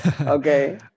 okay